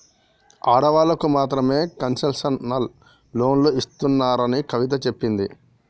ఆడవాళ్ళకు మాత్రమే కన్సెషనల్ లోన్లు ఇస్తున్నారని కవిత చెప్పింది